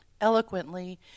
eloquently